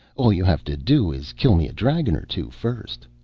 all you have to do is kill me a dragon or two first.